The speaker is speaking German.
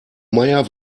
meier